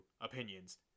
Opinions